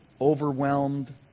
overwhelmed